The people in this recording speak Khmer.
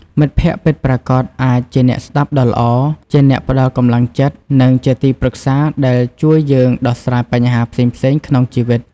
មិត្តភក្តិពិតប្រាកដអាចជាអ្នកស្ដាប់ដ៏ល្អ ជាអ្នកផ្ដល់កម្លាំងចិត្ត និងជាទីប្រឹក្សាដែលជួយយើងដោះស្រាយបញ្ហាផ្សេងៗក្នុងជីវិត។